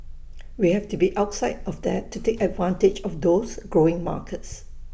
we have to be outside of that to take advantage of those growing markets